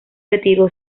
retiró